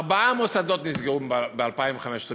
ארבעה מוסדות נסגרו ב-2015.